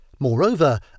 Moreover